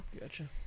gotcha